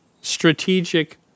strategic